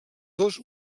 dos